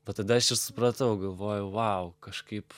va tada aš ir supratau galvoju vau kažkaip